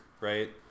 right